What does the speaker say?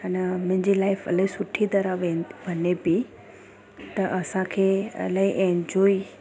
अना मुंहिंजी लाइफ इलाही सुठी तरह वेन वञे पईं त असांखे इलाही एन्जॉय